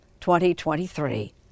2023